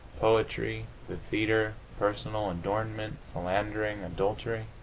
poetry, the theatre, personal adornment, philandering, adultery.